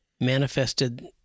manifested